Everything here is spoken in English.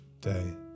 day